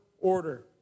order